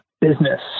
business